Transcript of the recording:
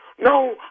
No